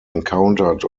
encountered